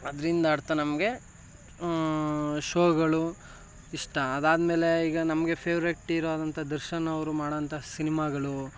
ಅದ್ರಿಂದ ಅರ್ಥ ನಮಗೆ ಶೋಗಳು ಇಷ್ಟ ಅದಾದಮೇಲೆ ಈಗ ನಮಗೆ ಫೆವ್ರೆಟ್ ಈರೋ ಆದಂಥ ದರ್ಶನವರು ಮಾಡೋಂಥ ಸಿನಿಮಾಗಳು